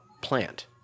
plant